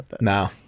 No